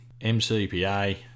MCPA